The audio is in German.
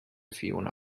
fiona